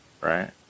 right